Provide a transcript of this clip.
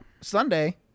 Sunday